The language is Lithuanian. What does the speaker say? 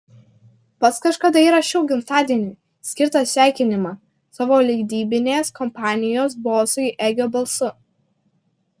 pats kažkada įrašiau gimtadieniui skirtą sveikinimą savo leidybinės kompanijos bosui egio balsu